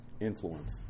influence